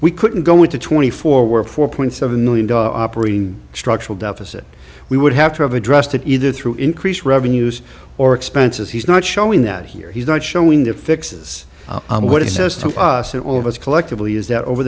we couldn't go into twenty four were four point seven million dollar operating structural deficit we would have to have addressed it either through increased revenues or expenses he's not showing that here he's not showing the fixes what it says to us and all of us collectively is that over